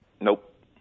Nope